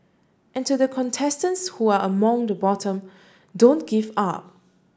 and to the contestants who are among the bottom don't give up